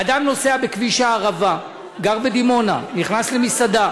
אדם נוסע בכביש הערבה, גר בדימונה, נכנס למסעדה